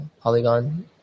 Polygon